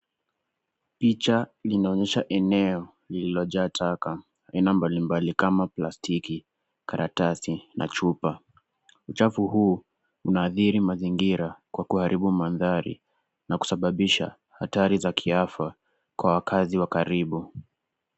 Picha linaonyesha eneo lililojaa taka aina mbalimbali kama plastiki, karatasi na chupa. Uchafu huu unaadhiri mazingira kwa kuharibu mandhari na kusababisha hatari za kiafya kwa wakazi wa karibu.